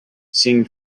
seeing